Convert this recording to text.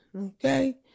Okay